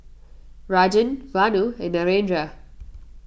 Rajan Vanu and Narendra